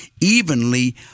evenly